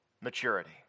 Maturity